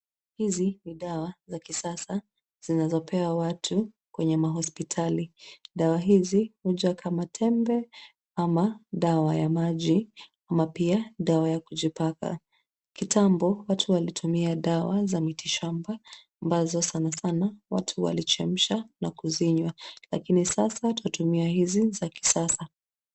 Hizi ni dawa za kisasa zinazopewa watu kwenye mahospitali. Dawa hizi huja kama tembe ama dawa ya maji ama pia dawa ya kujipaka. Kitambo watu walitumia dawa za miti shamba ambazo sana sana watu walichemsha na kuzinywa lakini sasa tunatumia hizi za kisasa.